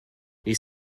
les